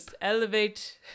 elevate